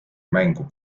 mängu